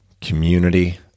Community